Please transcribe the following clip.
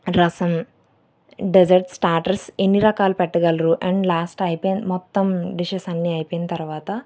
రసం desserts starters ఎన్ని రకాలు పెట్టగలరు అండ్ లాస్ట్ అయిపో మొత్తం డిషెస్ అన్నీ అయిపోయిన తరువాత